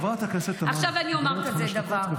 חברת הכנסת תמנו, את מדברת חמש דקות.